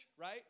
right